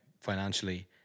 financially